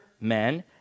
men